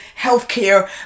healthcare